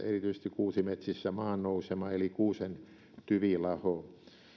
erityisesti kuusimetsissä pulmana maannousema eli kuusen tyvilaho